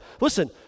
listen